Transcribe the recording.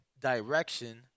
Direction